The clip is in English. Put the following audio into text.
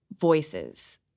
voices